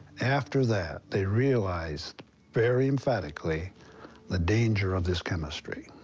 after that they realized very emphatically the danger of this chemistry.